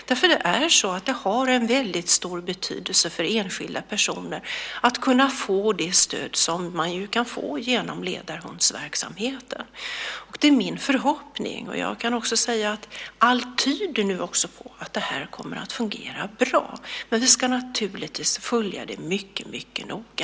Det är av väldigt stor betydelse för enskilda personer att få det stöd som man kan få genom ledarhundsverksamheten. Det är min förhoppning, och jag kan säga att allt tyder på det, att det här kommer att fungera bra. Men vi ska naturligtvis följa det mycket noga.